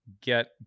get